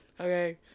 Okay